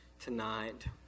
tonight